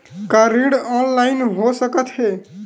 का ऋण ऑनलाइन हो सकत हे?